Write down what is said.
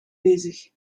bezig